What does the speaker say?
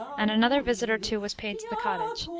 and another visit or two was paid to the cottage,